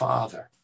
Father